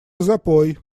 запой